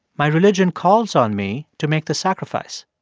my religion calls on me to make the sacrifice.